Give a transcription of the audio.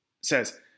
says